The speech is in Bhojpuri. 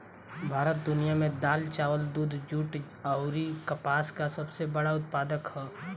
भारत दुनिया में दाल चावल दूध जूट आउर कपास का सबसे बड़ा उत्पादक ह